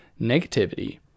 negativity